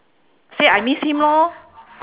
say I miss him lor